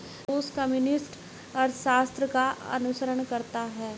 रूस कम्युनिस्ट अर्थशास्त्र का अनुसरण करता है